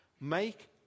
make